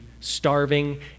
starving